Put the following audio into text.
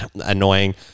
annoying